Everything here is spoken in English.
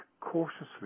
cautiously